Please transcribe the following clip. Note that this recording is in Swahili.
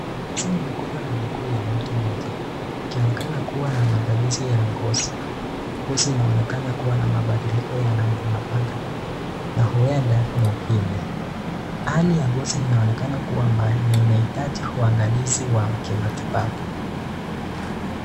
Hizi ni mikono na miguu ya mtu mmoja ikionekana kuwa na matatizo ya ngozi, ngozi inaonekana kuwa na mabadiliko ya rangi mapanga na huenda ni uvimbe. Hali ya ngozi inaonekana kuwa mbaya na inahitaji uangalizi wa kimatibabu.